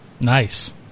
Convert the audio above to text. Nice